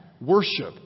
worship